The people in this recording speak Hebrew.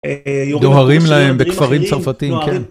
דוהרים להם בכפרים צרפתיים, כן.